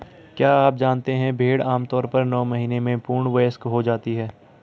क्या आप जानते है भेड़ आमतौर पर नौ महीने में पूर्ण वयस्क हो जाती है?